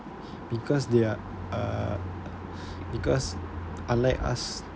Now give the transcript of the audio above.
because they're ah because unlike us